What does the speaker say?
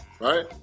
right